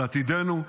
על עתידנו,